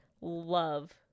love